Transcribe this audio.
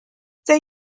they